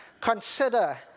Consider